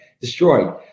destroyed